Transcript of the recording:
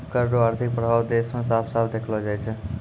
कर रो आर्थिक प्रभाब देस मे साफ साफ देखलो जाय छै